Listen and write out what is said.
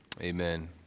Amen